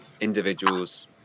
individuals